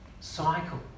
cycle